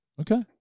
Okay